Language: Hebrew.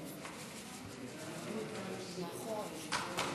נא לשבת.